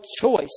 choice